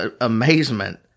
amazement